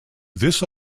this